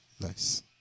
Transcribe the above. Nice